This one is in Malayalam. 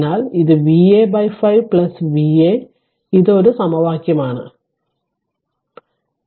അതിനാൽ ഇത് Va 5 Va ഇത് ഒരു സമവാക്യമാണ് ഇത് ഒരു സമവാക്യം ലഭിക്കും